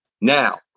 Now